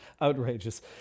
Outrageous